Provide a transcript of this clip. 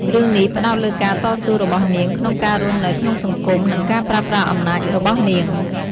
រឿងនេះផ្ដោតលើការតស៊ូរបស់នាងក្នុងការរស់នៅក្នុងសង្គម និងការប្រើប្រាស់អំណាចរបស់នាង។